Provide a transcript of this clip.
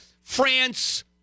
France